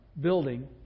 building